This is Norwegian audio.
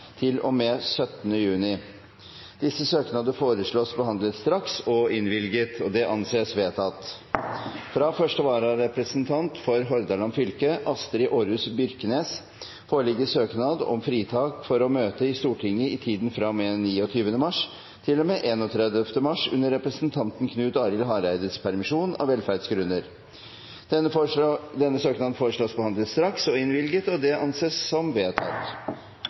med 17. juni Disse søknader foreslås behandlet straks og innvilget. – Det anses vedtatt. Fra første vararepresentant for Hordaland fylke, Astrid Aarhus Byrknes, foreligger søknad om fritak for å møte i Stortinget i tiden fra og med 29. mars til og med 31. mars under representanten Knut Arild Hareides permisjon, av velferdsgrunner. Etter forslag fra presidenten ble enstemmig besluttet: Søknaden behandles straks og